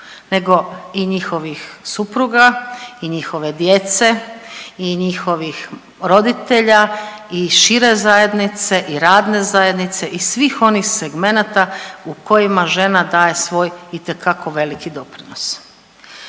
nego i njihovih supruga i njihove djece i njihovih roditelja i šire zajednice i radne zajednice i svih onih segmenata u kojima žena daje svoj itekako veliki doprinos.